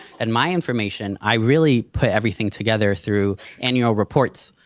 and my information, i really put everything together through annual reports,